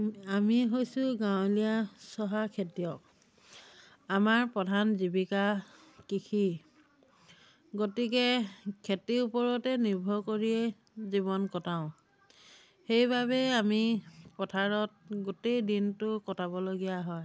আমি হৈছোঁ গাঁৱলীয়া চহা খেতিয়ক আমাৰ প্ৰধান জীৱিকা কৃষি গতিকে খেতিৰ ওপৰতে নিৰ্ভৰ কৰিয়েই জীৱন কটাওঁ সেইবাবেই আমি পথাৰত গোটেই দিনটো কটাবলগীয়া হয়